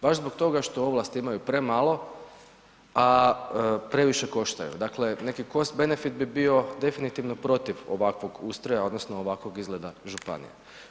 Baš zbog toga što ovlasti imaju premalo, a previše koštaju, dakle neki cost benefit bi bio definitivno protiv ovakvog ustroja odnosno ovakvog izgleda županije.